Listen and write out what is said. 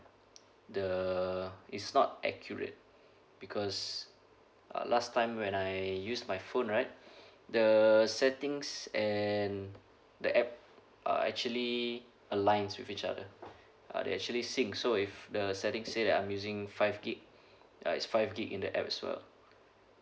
the it's not accurate because uh last time when I use my phone right the settings and the app are actually aligns with each other uh they actually synched so if the setting say that I'm using five gigabyte uh it's five gigabyte in the app as well